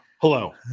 Hello